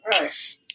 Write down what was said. right